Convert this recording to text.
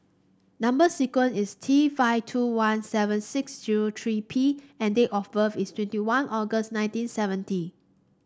number sequence is T five two one seven six zero three P and date of birth is twenty one August nineteen seventy